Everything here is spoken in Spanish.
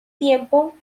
tiempo